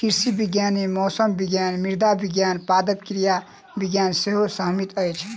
कृषि विज्ञान मे मौसम विज्ञान, मृदा विज्ञान, पादप क्रिया विज्ञान सेहो समाहित अछि